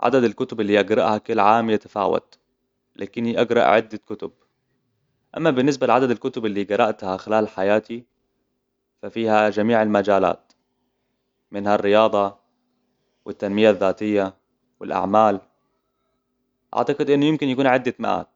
عدد الكتب اللي اقرأها كل عام يتفاوت لكني اقرأ عدد الكتب أما بالنسبة لعدد الكتب اللي قرأتها خلال حياتي ففيها جميع المجالات منها الرياضة والتنمية الذاتيه والأعمال أعتقد انه ممكن يكون